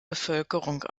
bevölkerung